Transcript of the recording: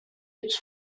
its